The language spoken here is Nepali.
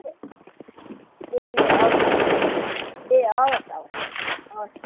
ए हवस् हवस् ए हवस् हवस् हवस्